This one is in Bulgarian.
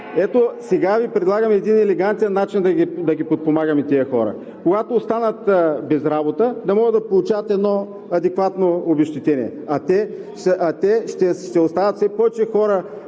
Ето сега Ви предлагам един елегантен начин да ги подпомагаме тези хора. Когато останат без работа, да могат да получават едно адекватно обезщетение, а те ще остават все повече хора